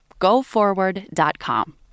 GoForward.com